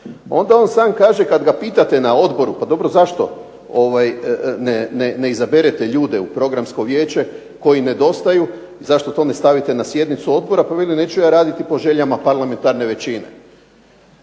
Onda on sam kaže kad ga pitate na Odboru pa dobro zašto ne izaberete ljude u Programsko vijeće koji nedostaju, zašto to ne stavite na sjednicu Odbora. Pa veli neću ja raditi po željama parlamentarne većine.